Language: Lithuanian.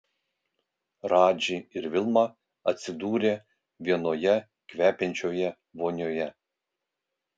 radži ir vilma atsidūrė vienoje kvepiančioje vonioje